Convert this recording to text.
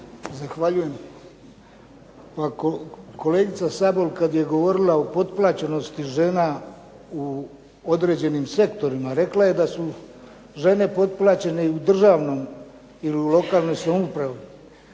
Zahvaljujem. Pa ako kolegica Sobol kad je govorila o potplaćenosti žena u određenim sektorima rekla je da su žene potplaćene i u državnom ili u lokalnoj samoupravi.